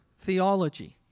theology